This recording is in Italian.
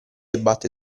abbatte